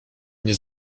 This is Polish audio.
nie